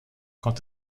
quant